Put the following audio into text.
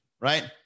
right